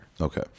Okay